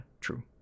True